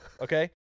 Okay